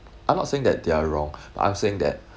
I'm not saying that they are wrong but I'm saying that